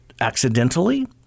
accidentally